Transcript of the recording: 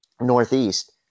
Northeast